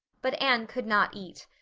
but anne could not eat.